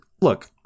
look